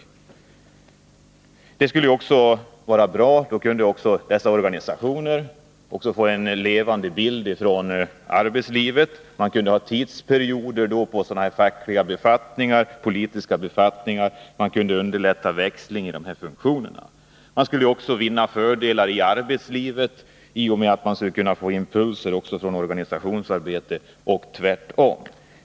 Detta skulle vara bra också därför att dessa organisationer då kunde få en levande kontakt med arbetslivet. Man kunde ha olika tidsperioder på fackliga och på politiska befattningar, varigenom växlingar i funktionerna skulle underlättas. Också fördelar i arbetslivet skulle vinnas genom att man kunde få impulser från organisationsarbetet.